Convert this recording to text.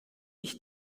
ich